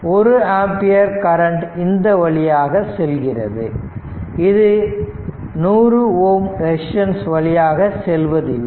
1 ampere current இந்த வழியாக செல்கிறது இது 100 ஓம் ரெசிஸ்டன்ஸ் வழியாக செல்வதில்லை